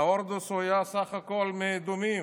הורדוס היה בסך הכול מהאדומים,